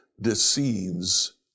deceives